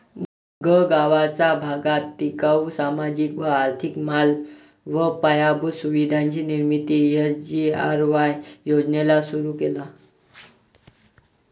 गगावाचा भागात टिकाऊ, सामाजिक व आर्थिक माल व पायाभूत सुविधांची निर्मिती एस.जी.आर.वाय योजनेला सुरु केला